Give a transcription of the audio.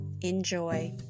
Enjoy